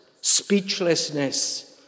speechlessness